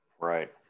Right